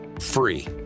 Free